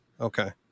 Okay